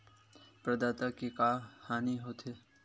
प्रदाता के का हानि हो थे?